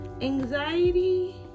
Anxiety